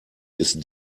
ist